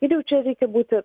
ir jau čia reikia būti